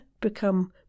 become